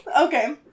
Okay